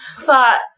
thought